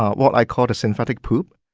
what i call the synthetic poop,